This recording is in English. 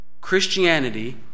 Christianity